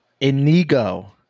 Inigo